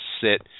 sit –